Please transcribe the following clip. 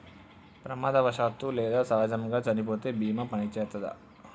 ప్రమాదవశాత్తు లేదా సహజముగా చనిపోతే బీమా పనిచేత్తదా?